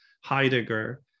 Heidegger